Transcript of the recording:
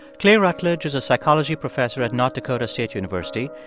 clay routledge is a psychology professor at north dakota state university.